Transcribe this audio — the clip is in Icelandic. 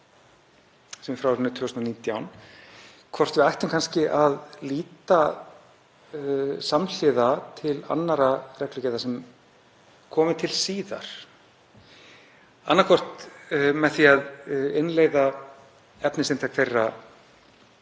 er frá árinu 2019, hvort við ættum kannski að líta samhliða til annarra reglugerða sem komu til síðar, annaðhvort með því að innleiða efnisinntak þeirra